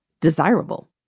desirable